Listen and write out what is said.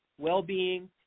well-being